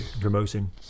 Promoting